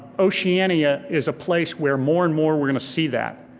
oceania is a place where more and more we're gonna see that.